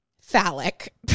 phallic